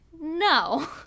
no